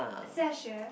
Xiaxue